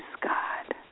God